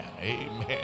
Amen